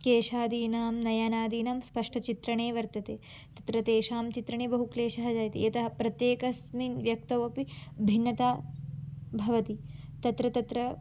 केशादीनां नयनादीनां स्पष्टचित्रणं वर्तते तत्र तेषां चित्रणे बहु क्लेशः जायते यतः प्रत्येकस्मिन् व्यक्तौ अपि भिन्नता भवति तत्र तत्र